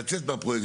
לצאת מהפרויקט,